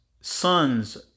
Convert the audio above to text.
sons